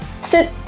sit